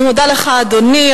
אני מודה לך, אדוני.